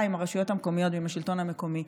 עם הרשויות המקומיות ועם השלטון המקומי.